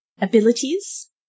abilities